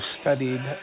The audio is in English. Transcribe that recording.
studied